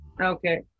Okay